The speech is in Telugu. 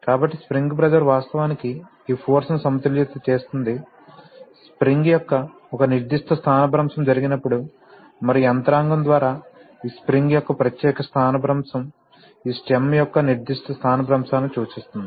కాబట్టి స్ప్రింగ్ ప్రెషర్ వాస్తవానికి ఈ ఫోర్స్ ని సమతుల్యం చేస్తుంది స్ప్రింగ్ యొక్క ఒక నిర్దిష్ట స్థానభ్రంశం జరిగినప్పుడు మరియు యంత్రాంగం ద్వారా ఈ స్ప్రింగ్ యొక్క ప్రత్యేక స్థానభ్రంశం ఈ స్టెమ్ యొక్క నిర్దిష్ట స్థానభ్రంశాన్ని సూచిస్తుంది